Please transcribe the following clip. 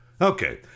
Okay